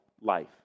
life